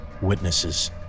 Witnesses